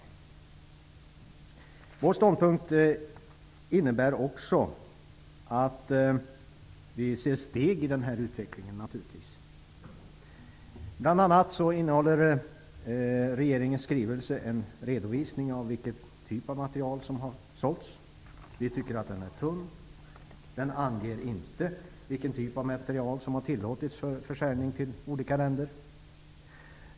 Naturligtvis innebär vår ståndpunkt också att vi ser steg i denna riktning. Bl.a. innehåller regeringens skrivelse en redovisning av vilken typ av materiel som har sålts. Vi tycker att den är tunn. Regeringen anger inte vilken typ av materiel som har tillåtits för försäljning till olika länder.